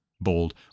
bold